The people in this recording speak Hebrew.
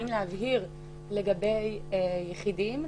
האם להבהיר לגבי יחידים,